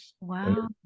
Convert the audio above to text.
wow